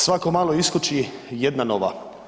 Svako malo iskoči jedna nova.